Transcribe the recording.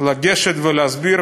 לגשת ולהסביר,